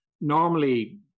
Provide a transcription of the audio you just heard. Normally